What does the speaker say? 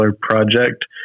project